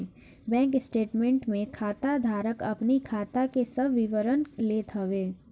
bank statement में खाता धारक अपनी खाता के सब विवरण लेत हवे